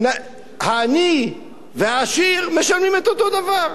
העני והעשיר משלמים את אותו דבר.